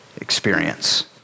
experience